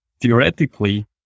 theoretically